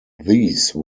these